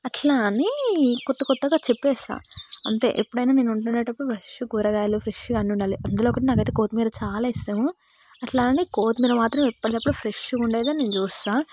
అట్లా అని కొత్త కొత్తగా చెప్పేస్తా అంతే ఎప్పుడైనా నేను వంట వండేటప్పుడు ఫ్రెష్ కూరగాయలు ఫ్రెష్ అన్నీ ఉండాలి అందులోకి అయితే నాకు కొత్తిమీర అయితే చాలా ఇష్టం అట్లా అని కొత్తిమీర మాత్రం ఎప్పటికప్పుడు ఫ్రెష్గా ఉండేదే నేను చూస్తా